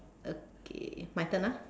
okay my turn ah